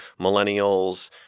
millennials